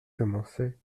commençait